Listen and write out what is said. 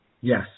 Yes